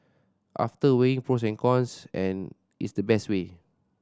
after weighing pros and cons and it's the best way